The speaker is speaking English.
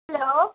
hello